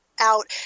out